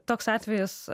toks atvejis